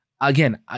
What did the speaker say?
Again